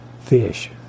fish